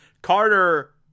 Carter